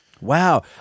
Wow